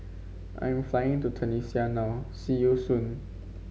I'm flying to Tunisia now see you soon